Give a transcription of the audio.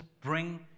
bring